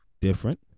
different